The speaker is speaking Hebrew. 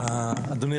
אדוני,